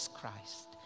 Christ